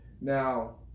Now